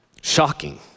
shocking